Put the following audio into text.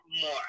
more